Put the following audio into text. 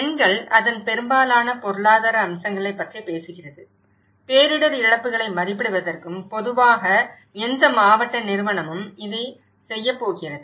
எண்கள் அதன் பெரும்பாலான பொருளாதார அம்சங்களைப் பற்றி பேசுகிறது பேரிடர் இழப்புகளை மதிப்பிடுவதற்கும் பொதுவாக எந்த மாவட்ட நிறுவனமும் இதைச் செய்யப் போகிறது